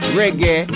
reggae